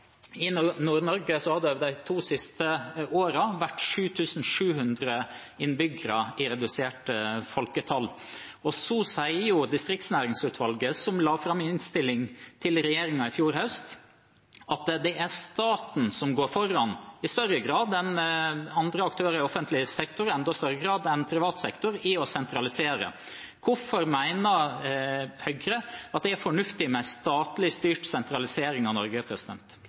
I Nord-Norge har folketallet de to siste årene blitt redusert med 7 700 innbyggere, og så sier distriktsnæringsutvalget, som la fram innstilling til regjeringen i fjor høst, at det er staten – i større grad enn andre aktører i offentlig sektor og i enda større grad enn privat sektor – som går foran i å sentralisere. Hvorfor mener Høyre at det er fornuftig med en statlig styrt sentralisering av Norge?